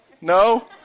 No